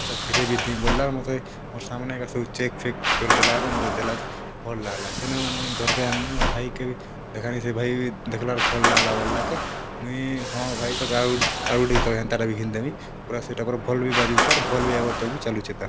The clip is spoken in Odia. ପଇସା ଫେରେଇ ବି ଦେମି ବୋଲଲା ଆର୍ ମତେ ମୋର୍ ସାମାନ୍ ଏକା ସବୁ ଚେକ୍ ଫେକ୍ କରିଦେଲା ଆରୁ ମତେ ବୋଲଲା ଯେ ଭଲ୍ ଲାଗଲା ସେନୁ ମୁଇଁ ଘର୍ କେ ଆନଲି ମୋର୍ ଭାଇକେ ଦେଖାଲି ସେ ଭାଇ ଦେଖଲା ଆର୍ ଭଲ୍ ଲାଗଲା ବୋଲଲାକେ ମୁଇଁ ହଁ ଭାଇ ତାକେ ଆର୍ ଗୋଟେ ଆର୍ ଗୋଟେ ହେନ୍ତା ଟାକେ ଘିନିଦେବି ପୁରା ସେଇଟା କର ଭଲ୍ ବି ବାଜୁଛେ ଆର୍ ଭଲ୍ ବି ଆମର୍ ତାକୁ ବି ଚାଲୁଚେ ତା